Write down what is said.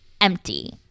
empty